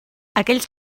aquells